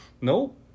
No